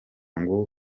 ngo